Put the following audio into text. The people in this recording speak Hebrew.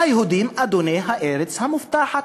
היהודים, אדוני הארץ המובטחת,